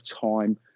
time